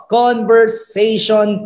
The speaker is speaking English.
conversation